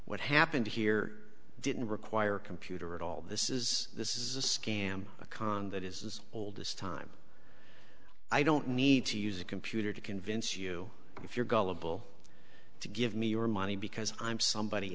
what happened here didn't require a computer at all this is this is a scam a con that is as old as time i don't need to use a computer to convince you if you're gullible to give me your money because i'm somebody